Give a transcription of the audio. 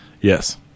Yes